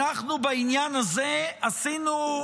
בעניין הזה עשינו,